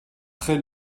très